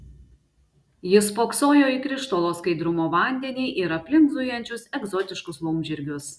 jis spoksojo į krištolo skaidrumo vandenį ir aplink zujančius egzotiškus laumžirgius